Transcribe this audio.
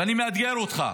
ואני מאתגר אותך.